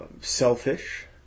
selfish